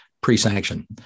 pre-sanction